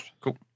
Cool